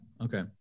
Okay